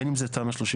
בין אם זה תמ"א 38,